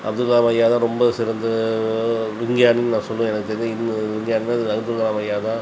அப்துல்கலாம் ஐயா தான் ரொம்ப சிறந்த விஞ்ஞானின்னு நான் சொல்லுவேன் எனக்கு தெரிஞ்சு விஞ்ஞானின்னா அது அப்துல்கலாம் ஐயா தான்